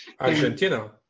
Argentina